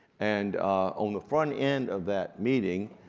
and on the front end of that meeting,